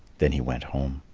then he went home.